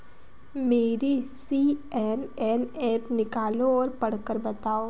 मेरी C N N app निकालो और पढ़कर बताओ